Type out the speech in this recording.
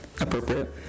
appropriate